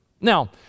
Now